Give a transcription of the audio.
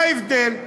מה ההבדל?